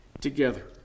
together